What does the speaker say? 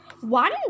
One